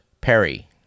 Perry